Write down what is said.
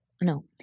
no